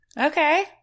okay